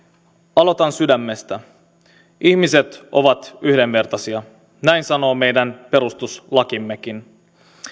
aloitan sydämestä ihmiset ovat yhdenvertaisia näin sanoo meidän perustuslakimmekin